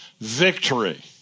victory